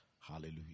Hallelujah